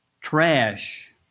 trash